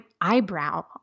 eyebrow